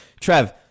Trev